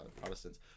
Protestants